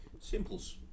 Simple's